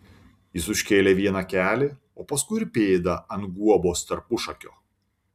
jis užkėlė vieną kelį o paskui ir pėdą ant guobos tarpušakio